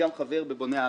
חבר בהתאחדות בוני הארץ.